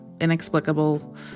inexplicable